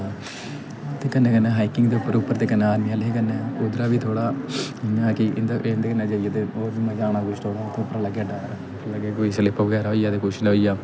ते कन्नै कन्नै हाकिंग दे उप्पर उप्पर ते कन्नै आर्मी आह्ले कन्नै उधरां बी थोह्ड़ा इ'यां ऐ कि इं'दे कन्नै जेइयै ते बहोत मजा आना कोई नीं लगेआ डर कोई स्लिप बगैरा किश होइया